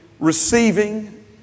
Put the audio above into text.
receiving